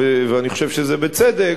ואני חושב שזה בצדק,